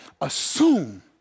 assume